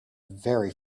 very